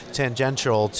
tangential